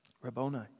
Rabboni